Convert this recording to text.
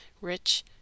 Rich